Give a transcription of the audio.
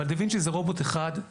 אבל דה וינצ'י זה רובוט אחד,